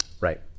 Right